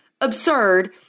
absurd